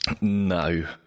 No